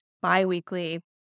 bi-weekly